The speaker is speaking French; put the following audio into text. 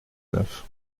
neuf